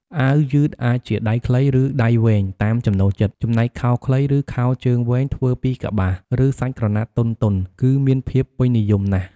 អាវយឺតអាចជាដៃខ្លី ឬដៃវែងតាមចំណូលចិត្ត ចំណែកខោខ្លី ឬខោជើងវែងធ្វើពីកប្បាស ឬសាច់ក្រណាត់ទន់ៗ គឺមានភាពពេញនិយមណាស់។